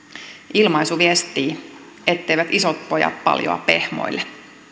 ilmaisu viestii etteivät isot pojat paljoa pehmoile